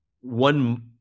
One